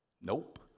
Nope